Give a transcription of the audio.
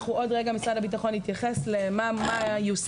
עוד רגע משרד הביטחון יתייחס למה שיושם,